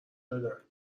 دادن